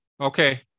Okay